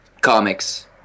Comics